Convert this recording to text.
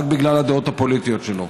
רק בגלל הדעות הפוליטיות שלו?